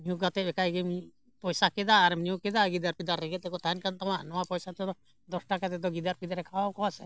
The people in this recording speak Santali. ᱧᱩ ᱠᱟᱛᱮᱫ ᱮᱠᱟᱭ ᱜᱮᱢ ᱯᱚᱭᱥᱟ ᱠᱮᱫᱟ ᱟᱨ ᱧᱩ ᱠᱮᱫᱟ ᱜᱤᱫᱟᱹᱨ ᱯᱤᱫᱟᱹᱨ ᱨᱮᱸᱜᱮᱡ ᱛᱮᱠᱚ ᱛᱟᱦᱮᱱ ᱠᱟᱱ ᱛᱟᱢᱟ ᱱᱚᱣᱟ ᱯᱚᱭᱥᱟ ᱛᱮᱫᱚ ᱫᱚᱥ ᱴᱟᱠᱟ ᱛᱮᱫᱚ ᱜᱤᱫᱟᱹᱨ ᱯᱤᱫᱟᱹᱨᱮ ᱠᱷᱟᱣᱟᱣ ᱠᱚᱣᱟ ᱥᱮ